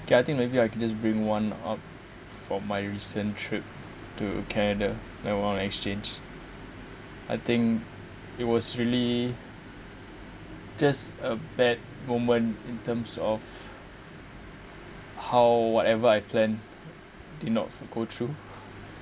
okay I think maybe I could just bring one up from my recent trip to canada like one of the exchange I think it was really just a bad moment in terms of how whatever I plan did not go through